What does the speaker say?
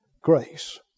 grace